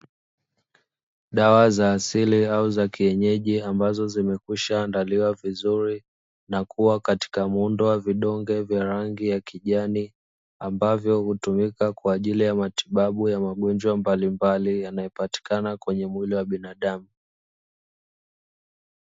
Dawa za asili au za kienyeji ambazo zimekwisha kuandaliwa vizuri na kuwa katika muundo wa vidonge vya rangi ya kijani, ambavyo hutumika kwa ajili ya matibabu ya magonjwa mbalimbali yanayopatikana kwenye mwili wa binadamu.